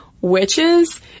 witches